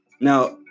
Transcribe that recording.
Now